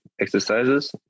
exercises